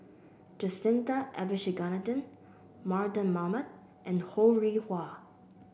Jacintha Abisheganaden Mardan Mamat and Ho Rih Hwa